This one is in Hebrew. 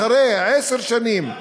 אחרי עשר שנים,